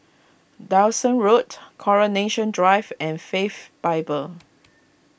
Dyson Road Coronation Drive and Faith Bible